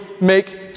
make